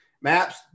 maps